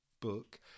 book